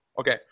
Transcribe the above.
Okay